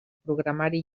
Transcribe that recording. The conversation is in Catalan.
programari